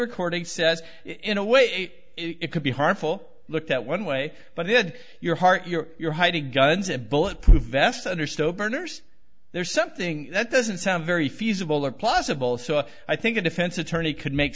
recording says in a way it could be harmful looked at one way but did your heart your you're hiding guns a bullet proof vest under stove burners there's something that doesn't sound very feasible or possible so i think a defense attorney could make